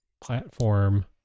platform